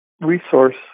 resource